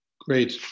Great